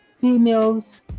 Females